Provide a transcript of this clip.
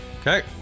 Okay